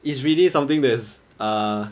it's really something that's err